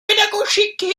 pédagogiques